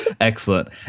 excellent